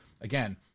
again